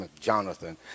Jonathan